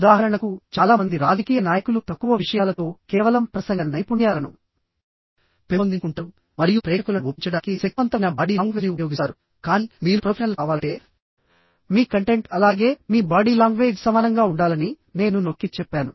ఉదాహరణకుచాలా మంది రాజకీయ నాయకులు తక్కువ విషయాలతో కేవలం ప్రసంగ నైపుణ్యాలను పెంపొందించుకుంటారు మరియు ప్రేక్షకులను ఒప్పించడానికి శక్తివంతమైన బాడీ లాంగ్వేజ్ని ఉపయోగిస్తారు కానీ మీరు ప్రొఫెషనల్ కావాలంటే మీ కంటెంట్ అలాగే మీ బాడీ లాంగ్వేజ్ సమానంగా ఉండాలని నేను నొక్కి చెప్పాను